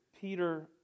Peter